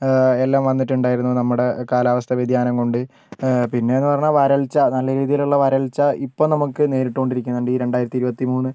എല്ലാം വന്നിട്ടുണ്ടായിരുന്നു നമ്മുടെ കാലാവസ്ഥാവ്യതിയാനം കൊണ്ട് പിന്നെ എന്ന് പറഞ്ഞാൽ വരൾച്ച ഉണ്ട് നല്ല രീതിയിൽ ഉള്ള വരൾച്ച ഇപ്പോൾ നമുക്ക് നേരിട്ടുകൊണ്ട് ഈ രണ്ടായിരത്തി ഇരുപത്തി മൂന്ന്